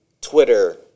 Twitter